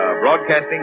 Broadcasting